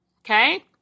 Okay